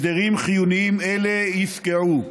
הסדרים חיוניים אלה יפקעו.